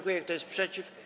Kto jest przeciw?